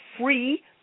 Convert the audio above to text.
free